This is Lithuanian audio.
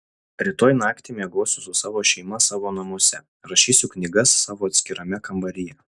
rytoj naktį miegosiu su savo šeima savo namuose rašysiu knygas savo atskirame kambaryje